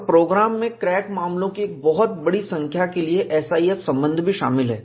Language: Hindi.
और प्रोग्राम में क्रैक मामलों की एक बहुत बड़ी संख्या के लिए SIF संबंध भी शामिल हैं